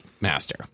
master